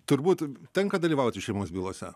turbūt tenka dalyvauti šeimos bylose